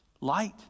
light